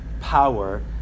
power